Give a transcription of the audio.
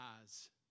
eyes